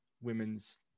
women's